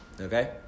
Okay